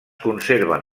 conserven